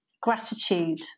gratitude